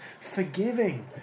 forgiving